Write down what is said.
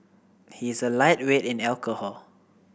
he is a lightweight in alcohol